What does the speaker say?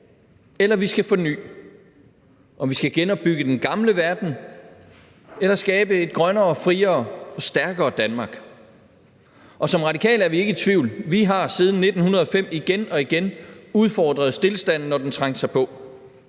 eller vi skal forny – om vi skal genopbygge den gamle verden eller skabe et grønnere, friere og stærkere Danmark. Og som Radikale er vi ikke i tvivl; vi har siden 1905 igen og igen udfordret stilstanden, når den trængte sig på.